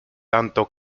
tanto